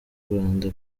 rwanda